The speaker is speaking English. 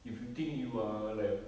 if you think you are like